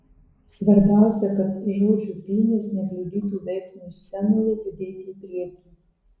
svarbiausia kad žodžių pynės nekliudytų veiksmui scenoje judėti į priekį